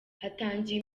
hatangiye